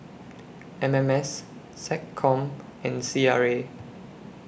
M M S Seccom and C R A